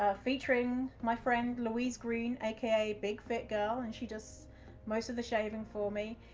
ah featuring my friend, louise green, aka big fit girl, and she does most of the shaving for me.